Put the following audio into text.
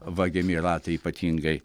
vagiami ratai ypatingai